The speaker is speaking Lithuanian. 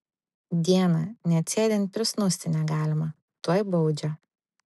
dieną net sėdint prisnūsti negalima tuoj baudžia